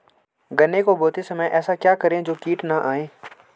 गन्ने को बोते समय ऐसा क्या करें जो कीट न आयें?